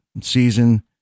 season